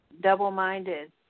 double-minded